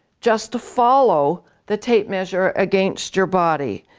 just follow the tape measure against your body.